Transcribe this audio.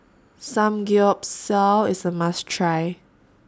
Samgeyopsal IS A must Try